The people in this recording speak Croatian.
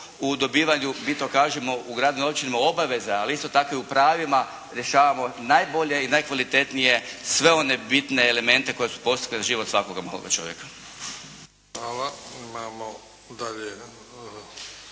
u dobivanju mi to kažemo u gradovima i općinama obaveze, ali isto tako i u pravima rješavamo najbolje i najkvalitetnije sve one bitne elemente koji su potrebni za svakoga maloga čovjeka.